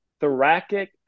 thoracic